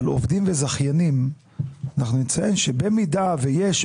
אבל עובדים וזכיינים אנחנו נציין שבמידה ויש,